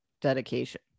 dedication